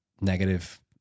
negative